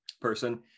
person